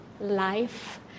life